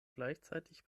gleichzeitig